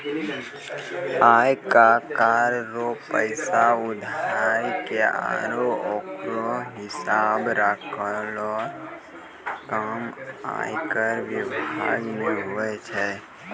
आय कर रो पैसा उघाय के आरो ओकरो हिसाब राखै रो काम आयकर बिभाग मे हुवै छै